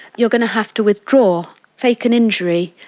you're going to have to withdraw, fake an injury,